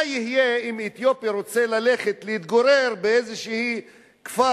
מה יהיה אם אתיופי רוצה ללכת להתגורר באיזה כפר?